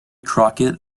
crockett